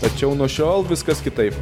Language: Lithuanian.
tačiau nuo šiol viskas kitaip